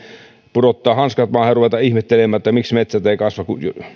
pudottaa hanskat maahan ja ruveta ihmettelemään että miksi metsät eivät kasva